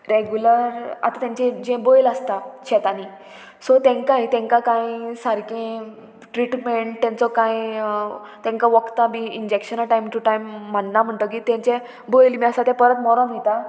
regular आतां तेंचें जे बैल आसता शेतांनी सो तांकांय तांकां कांय सारकें ट्रिटमेंट तेंचो कांय तांकां वखदां बी इंजेक्शनां टायम टू टायम मानना म्हणटगीर तेंचें बैल बी आसा तें परत मोरोन वयता